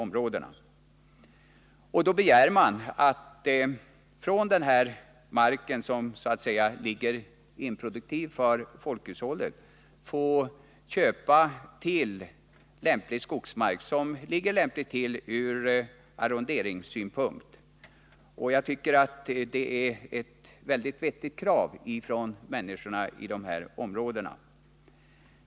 Man begär alltså att från den här marken, som så att säga är improduktiv för folkhushållet, få köpa till skogsmark som ligger lämpligt till ur arronderingssynpunkt. Jag tycker att det är ett mycket vettigt krav från människorna i de här områdena.